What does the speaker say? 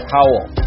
Howell